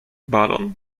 balon